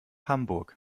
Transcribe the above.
hamburg